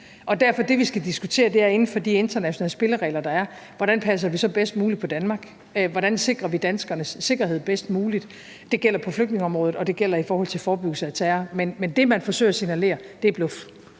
Derfor skal vi diskutere, hvordan vi inden for de internationale spilleregler, der er, passer bedst muligt på Danmark, og hvordan vi sikrer danskernes sikkerhed bedst muligt, og det gælder både på flygtningeområdet og i forhold til forebyggelse af terror. Men det, man forsøger at signalere, er bluff.